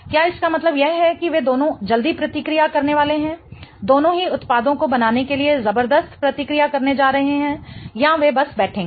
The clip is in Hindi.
क्या इसका मतलब यह है कि वे दोनों जल्दी प्रतिक्रिया करने वाले हैं दोनों ही उत्पादों को बनाने के लिए जबरदस्त प्रतिक्रिया करने जा रहे हैं या वे बस बैठेंगे